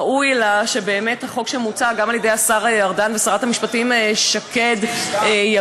ראוי לה שבאמת החוק שמוצע גם על-ידי השר ארדן ושרת המשפטים שקד יבוא,